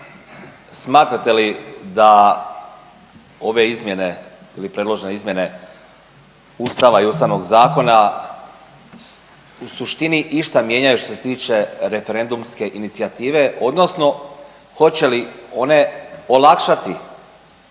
smatrate li da ove izmjene ili predložene izmjene Ustava i Ustavnog zakona u suštini išta mijenjaju što se tiče referendumske inicijative, odnosno hoće li one olakšati